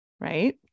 Right